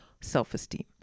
self-esteem